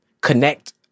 connect